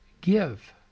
Give